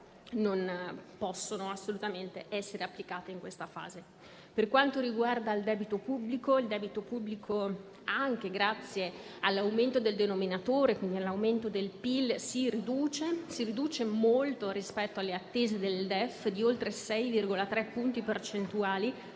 non possono assolutamente essere applicate in questa fase. Per quanto riguarda il debito pubblico, esso anche grazie all'aumento del denominatore, quindi all'aumento del PIL, si riduce molto rispetto alle attese del DEF, di oltre 6,3 punti percentuali,